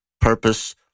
purpose